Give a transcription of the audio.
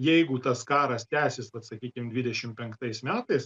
jeigu tas karas tęsis vat sakykim dvidešim penktais metais